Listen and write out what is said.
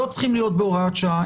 לא צריכים להיות בהוראת שעה,